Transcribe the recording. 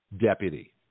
deputy